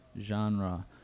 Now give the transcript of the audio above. genre